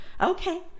Okay